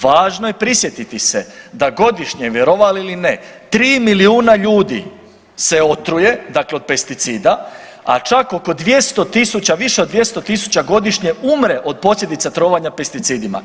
Važno je prisjetiti se da godišnje vjerovali ili ne 3 milijuna ljudi se otruje od pesticida, a čak oko 200.000 više od 200.000 godišnje umre od posljedica trovanja pesticidima.